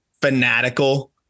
fanatical